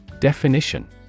Definition